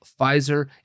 Pfizer